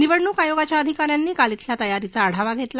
निवडणूक आयोगाच्या अधिकाऱ्यांनी काल श्रेल्या तयारीचा आढावा घेतला